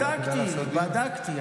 בדקתי.